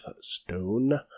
stone